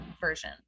version